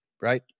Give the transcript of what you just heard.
right